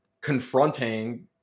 confronting